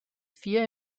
vier